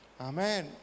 amen